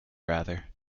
rather